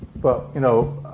but, you know,